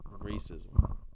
racism